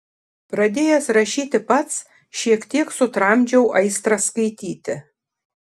pradėjęs rašyti pats šiek tiek sutramdžiau aistrą skaityti